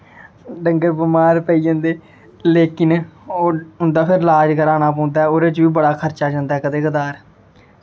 डंगर बमार पेई जंदे लेकिन ओह् उं'दा फिर लाज़ कराना पौंदा ऐ ओह्दे च बी बड़ा खर्चा जंदा ऐ कदें कदें